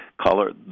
color